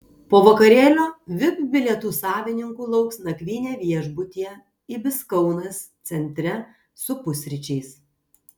po vakarėlio vip bilietų savininkų lauks nakvynė viešbutyje ibis kaunas centre su pusryčiais